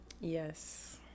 Yes